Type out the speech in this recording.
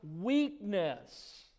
weakness